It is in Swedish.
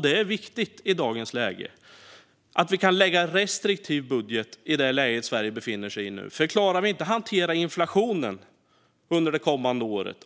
Det är viktigt att vi kan lägga en restriktiv budget i det läge Sverige befinner sig i nu. Klarar vi inte att hantera inflationen och vända den trenden under det kommande året